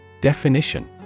Definition